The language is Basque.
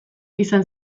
izan